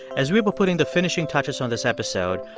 as we were putting the finishing touches on this episode,